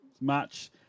match